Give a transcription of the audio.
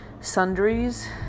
sundries